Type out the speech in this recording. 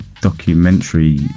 documentary